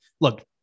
look